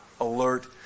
alert